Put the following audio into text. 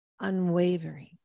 unwavering